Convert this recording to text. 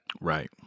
Right